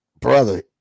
Brother